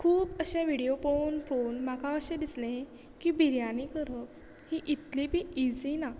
खूब अशे विडियो पळोवन पळोवन म्हाका अशें दिसले की बिरयानी करप ही इतली बी इझी ना